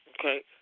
Okay